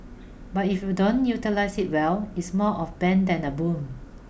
but if you don't utilise it well it's more of bane than a boon